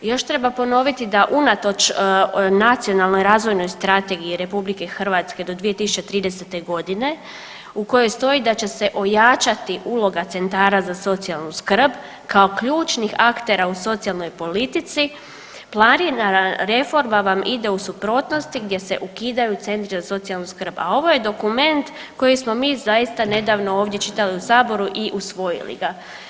Još treba ponoviti da unatoč Nacionalnoj razvojnoj strategiji RH do 2030.g. u kojoj stoji da će ojačati uloga centara za socijalnu skrb kao ključnih aktera u socijalnoj politici planirana reforma vam ide u suprotnost gdje se ukidaju centri za socijalnu skrb, a ovo je dokument koji smo mi zaista nedavno ovdje čitali u Saboru i usvojili ga.